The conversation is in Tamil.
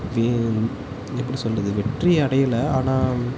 வெ எப்படி சொல்வது வெற்றி அடையலை ஆனால்